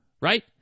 right